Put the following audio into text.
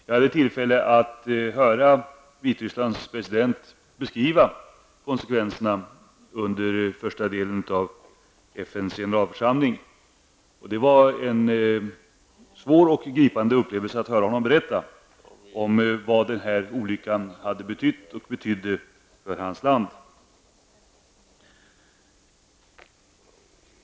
Jag hade tillfälle att höra Vitrysslands president beskriva konsekvenserna under första delen av FNs generalförsamling. Det var en svår och gripande upplevelse att höra honom berätta om vad den här olyckan har medfört och medför för hans land.